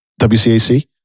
WCAC